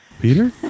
Peter